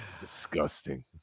Disgusting